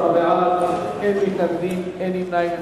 18 בעד, אין מתנגדים, אין נמנעים.